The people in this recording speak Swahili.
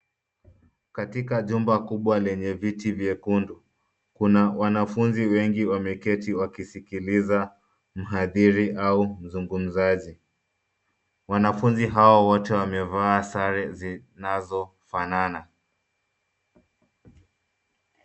Katika jumba kubwa lenye viti vyekundu kuna wanfaunzi wengi wameketi wakisikiliza mhadhiri au mzugumzaji. Wanafunzi hao wote wamevaa sare zinazofanana.